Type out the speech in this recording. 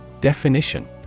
Definition